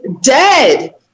dead